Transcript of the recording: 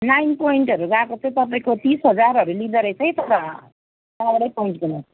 nine पोइन्टहरू गएको चाहिँ तपाईँको तिस हजारहरू लिँदोरहेछ है तर नौओटै पोइन्ट घुम्यो